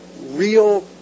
real